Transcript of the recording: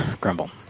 Grumble